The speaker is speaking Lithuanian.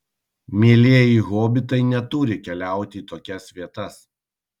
mielieji hobitai neturi keliauti į tokias vietas